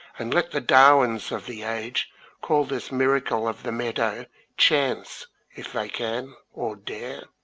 and let the darwins of the age call this miracle of the meadow chance if they can or dare!